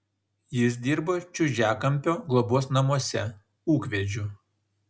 jis dirbo čiužiakampio globos namuose ūkvedžiu